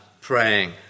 praying